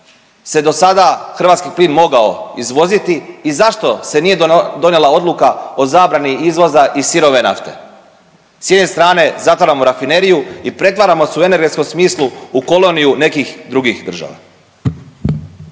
se do sada hrvatski plin mogao izvoziti i zašto se nije donijela odluka o zabrani izvoza i sirove nafte? S jedne strane, zatvaramo rafineriju i pretvaramo se u energetskom smislu u koloniju nekih drugih država.